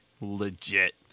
legit